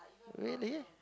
really